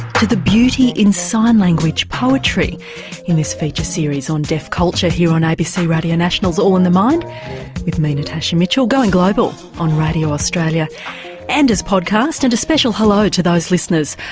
to the beauty in sign language poetry in this feature series on deaf culture here on abc radio national's all in the mind with me, natasha mitchell, going global on radio australia and as podcast and special hello to those listeners,